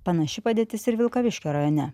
panaši padėtis ir vilkaviškio rajone